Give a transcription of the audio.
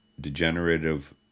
degenerative